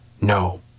No